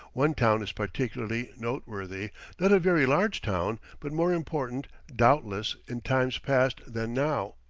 one town is particularly noteworthy not a very large town, but more important, doubtless, in times past than now.